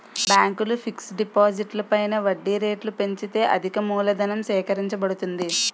బ్యాంకులు ఫిక్స్ డిపాజిట్లు పైన వడ్డీ రేట్లు పెంచితే అధికమూలధనం సేకరించబడుతుంది